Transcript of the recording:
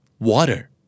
Water